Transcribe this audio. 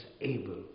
able